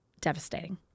Devastating